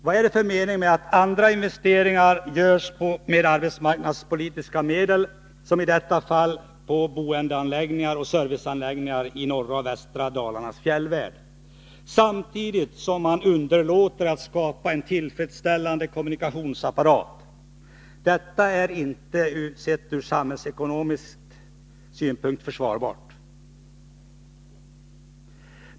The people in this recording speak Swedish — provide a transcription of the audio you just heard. Vad är det för mening med att andra investeringar görs med arbetsmarknadspolitiska medel, som i detta fall på boendeanläggningar och serviceanläggningar i norra och västra Dalarnas fjällvärld, om man samtidigt underlåter att skapa en tillfredsställande kommunikationsapparat? Detta är inte samhällsekonomiskt försvarbart.